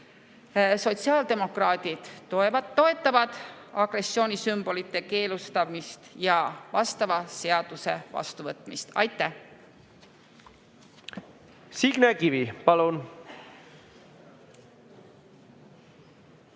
sotsiaaldemokraadid toetavad agressioonisümbolite keelustamist ja vastava seaduse vastuvõtmist. Aitäh! Selleks